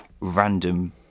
random